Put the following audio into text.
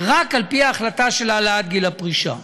רק על פי ההחלטה של העלאת גיל הפרישה.